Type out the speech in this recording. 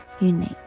Unique